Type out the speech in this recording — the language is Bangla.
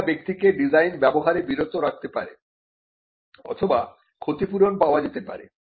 এটা ব্যক্তিকে ডিজাইন ব্যবহারে বিরত রাখতে পারে অথবা ক্ষতিপূরণ পাওয়া যেতে পারে